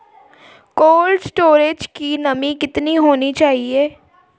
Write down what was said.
Cold storage की नमी कितनी होनी चाहिए?